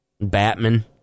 Batman